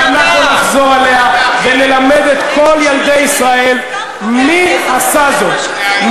ואנחנו נחזור עליה ונלמד את כל ילדי ישראל מי עשה זאת,